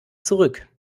zurück